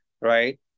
Right